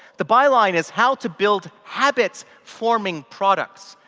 the by-line is how to build habit-forming products.